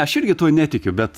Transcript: aš irgi tuo netikiu bet